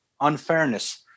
unfairness